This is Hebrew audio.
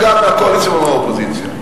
אגב מהקואליציה ומהאופוזיציה.